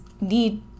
need